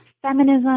feminism